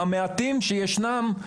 המעטים שישנם,